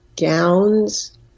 gowns